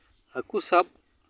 ᱦᱟᱹᱠᱩ ᱥᱟᱵ